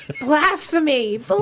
blasphemy